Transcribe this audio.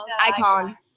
icon